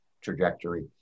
trajectory